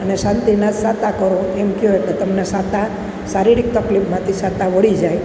અને શાંતિના શાતા કરો એમ કહેવાય કે તમને શાતા શારીરિક તકલીફમાંથી શાતા વળી જાય